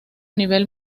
nivel